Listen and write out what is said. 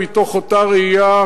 מתוך אותה ראייה,